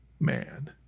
man